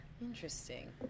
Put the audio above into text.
Interesting